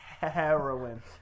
heroin